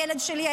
הילד שלי,